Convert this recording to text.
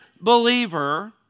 believer